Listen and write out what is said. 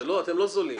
אתם לא זולים.